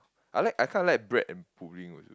I like I kind of like bread and pudding also